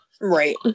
right